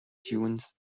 dunes